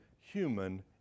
human